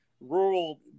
rural